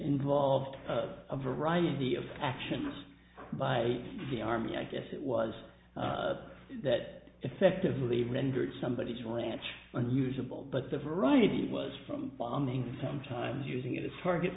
involved of a variety of actions by the army i guess it was a that effectively rendered somebodies ranch unusable but the variety was from bombing sometimes using it as target